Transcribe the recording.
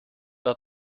war